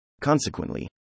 Consequently